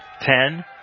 ten